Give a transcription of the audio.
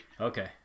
Okay